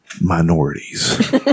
minorities